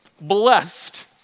Blessed